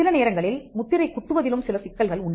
சில நேரங்களில் முத்திரை குத்துவதிலும் சில சிக்கல்கள் உண்டு